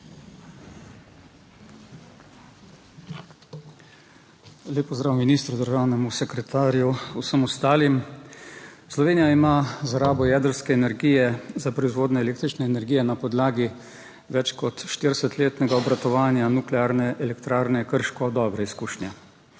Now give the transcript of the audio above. Lep pozdrav ministru, državnemu sekretarju, vsem ostalim! Slovenija ima za rabo jedrske energije, za proizvodnjo električne energije na podlagi več kot 40-letnega obratovanja Nuklearne elektrarne Krško, dobre izkušnje.